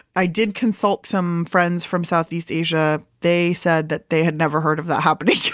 i did consult some friends from southeast asia. they said that they had never heard of that happening.